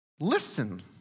listen